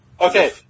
Okay